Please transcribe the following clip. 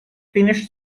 finished